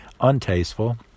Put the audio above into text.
untasteful